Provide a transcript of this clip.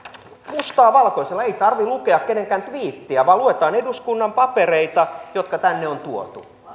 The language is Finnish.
mustaa valkoisella ei tarvitse lukea kenenkään tviittiä vaan luetaan eduskunnan papereita jotka tänne on tuotu